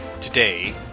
Today